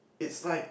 it's like